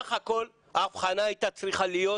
בסך הכל ההבחנה הייתה צריכה להיות